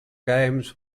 games